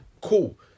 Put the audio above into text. Cool